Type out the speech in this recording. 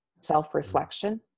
self-reflection